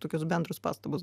tokios bendros pastabos